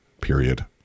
period